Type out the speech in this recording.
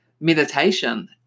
meditation